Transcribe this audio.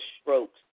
strokes